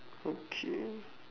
okay